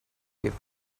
gave